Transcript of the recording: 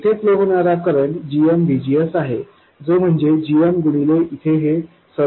येथे फ्लो होणारा current gmVGS आहे जो म्हणजे gm गुणिले इथले हे सर्व असे आहे